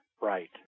Right